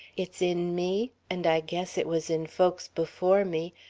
it's in me, and i guess it was in folks before me,